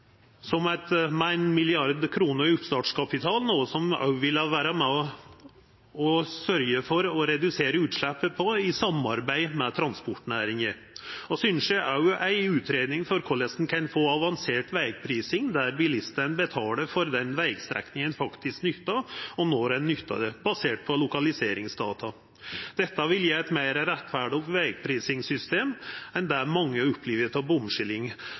etablera eit CO 2 -fond for tungtrafikken med 1 mrd. kr i oppstartskapital, noko som vil vera med og sørgja for å redusera utsleppet, i samarbeid med transportnæringa. Vi ynskjer òg ei utgreiing om korleis ein kan få ei avansert vegprising der bilistane betaler for den vegstrekninga ein faktisk nyttar, og når ein nyttar det, basert på lokaliseringsdata. Dette vil gje eit meir rettferdig vegprisingssystem enn det mange opplever